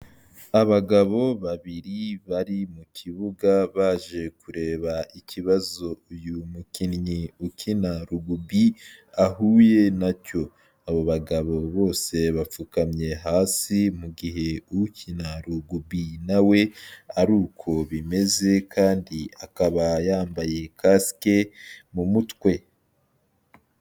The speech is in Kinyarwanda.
Abagabo babiri bari mu kibuga baje kureba ikibazo uyu mukinnyi ukina rugubi ahuye na cyo, abo bagabo bose bapfukamye hasi, mu gihe ukina rugubi nawe ari uko bimeze kandi akaba yambaye kasike mu mutwe.